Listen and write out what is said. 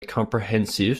comprehensive